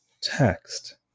text